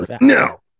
No